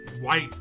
white